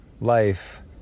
life